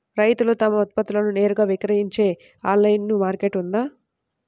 రైతులు తమ ఉత్పత్తులను నేరుగా విక్రయించే ఆన్లైను మార్కెట్ ఉందా?